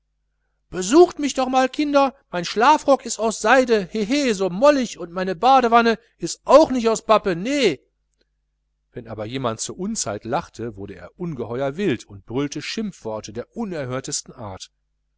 besucht mich doch mal kinder mein schlafrock ist aus seide hehe so mollig und meine badewanne ist auch nicht aus pappe nee wenn aber jemand zur unzeit lachte wurde er ungeheuer wild und brüllte schimpfworte der unerhörtesten art